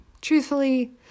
Truthfully